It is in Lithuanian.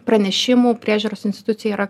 pranešimų priežiūros institucijai yra